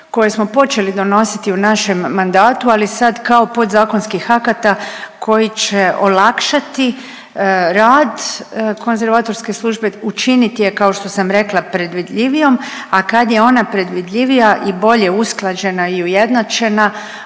koje smo počeli donositi u našem mandatu, ali sad kao podzakonskih akata koji će olakšati rad konzervatorske službe, učiniti je kao što sam rekla predvidljivijom, a kad je ona predvidljivija i bolje usklađena i ujednačena